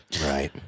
Right